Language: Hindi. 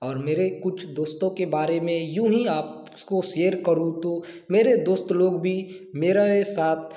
और मेरे कुछ दोस्तों के बारे में यूँ ही आप इसको शेयर करूँ तो मेरे दोस्त लोग भी मेरे साथ